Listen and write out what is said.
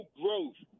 growth